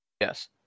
Yes